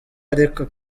ariko